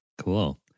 Cool